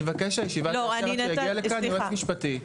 אני מבקש שהישיבה תימשך רק כשיגיע לכאן יועץ משפטי.